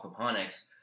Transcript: Aquaponics